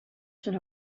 zijn